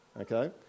okay